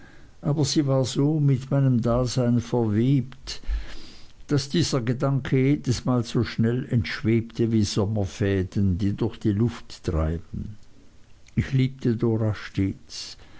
aber sie war so mit meinem dasein verwebt daß dieser gedanke jedesmal so schnell entschwebte wie sommerfäden die durch die luft treiben ich liebte dora stets